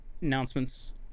announcements